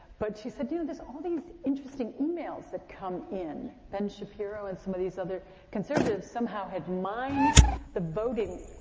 but she said, you know, there's all these interesting emails that come in. ben shapiro and some of these other conservatives somehow had mined the voting,